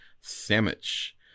Sandwich